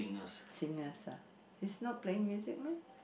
singers ah he's not playing music meh